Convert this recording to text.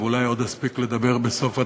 אספיק לדבר בסוף הדברים,